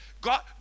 God